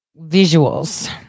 visuals